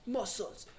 Muscles